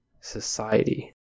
society